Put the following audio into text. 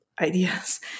ideas